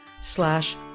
slash